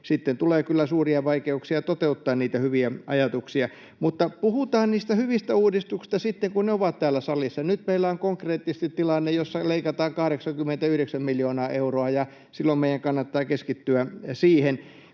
tulee kyllä suuria vaikeuksia toteuttaa niitä hyviä ajatuksia. Mutta puhutaan niistä hyvistä uudistuksista sitten, kun ne ovat täällä salissa. Nyt meillä on konkreettisesti tilanne, jossa leikataan 89 miljoonaa euroa, ja silloin meidän kannattaa keskittyä siihen.